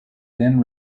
then